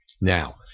Now